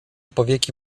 powieki